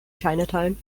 chinatown